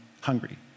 hungry